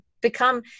become